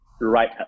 right